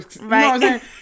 right